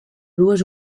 dues